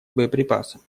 боеприпасам